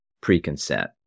pre-consent